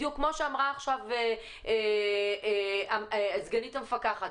בדיוק כמו שאמרה עכשיו סגנית המפקח,